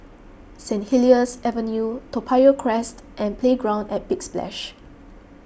Saint Helier's Avenue Toa Payoh Crest and Playground at Big Splash